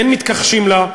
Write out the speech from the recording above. אין מתכחשים לה,